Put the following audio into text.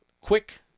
quick